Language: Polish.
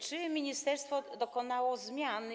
Czy ministerstwo dokonało zmian?